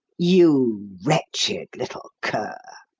you wretched little cur!